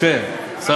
משה, שר